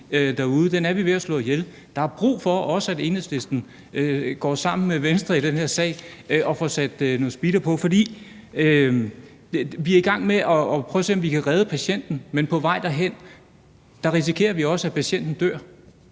derude, er vi ved at slå ihjel. Der er brug for, at også Enhedslisten går sammen med Venstre i den her sag og får sat noget speeder på. Vi er i gang med at prøve at se, om vi kan redde patienten. Men på vej derhen risikerer vi også, at patienten dør.